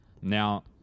Now